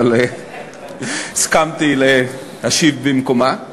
אבל הסכמתי להשיב במקומה.